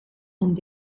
und